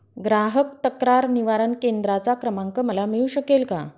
ग्राहक तक्रार निवारण केंद्राचा क्रमांक मला मिळू शकेल का?